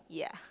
yeah